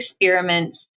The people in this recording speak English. experiments